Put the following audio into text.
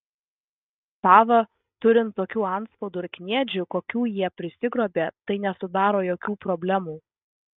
sava turint tokių antspaudų ir kniedžių kokių jie prisigrobė tai nesudaro jokių problemų